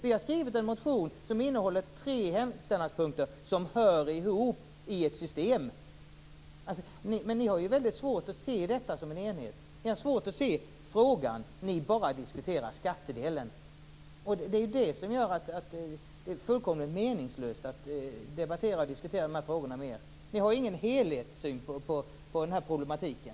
Vi har skrivit en motion och den innehåller tre hemställanspunkter som hör ihop i ett system. Ni har svårt att se detta som en enhet. Ni har svårt att se frågan. Ni vill bara diskutera skattedelen. Det gör att det är fullkomligt meningslöst att diskutera och debattera de här frågorna med er. Ni har ingen helhetssyn på den här problematiken.